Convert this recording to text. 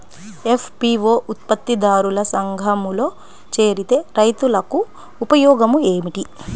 FPO ఉత్పత్తి దారుల సంఘములో చేరితే రైతులకు ఉపయోగము ఏమిటి?